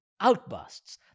outbursts